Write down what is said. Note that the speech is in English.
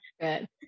Good